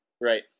Right